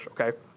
okay